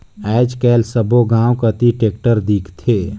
आएज काएल सब्बो गाँव कती टेक्टर दिखथे